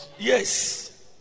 Yes